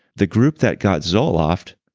the group that got zoloft,